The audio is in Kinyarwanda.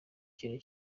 kintu